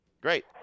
Great